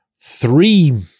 three